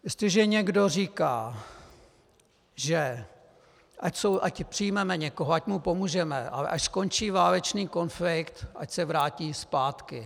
Jestliže někdo říká, ať přijmeme někoho, ať mu pomůžeme, ale až skončí válečný konflikt, ať se vrátí zpátky.